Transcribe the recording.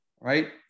right